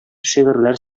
шигырьләр